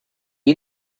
you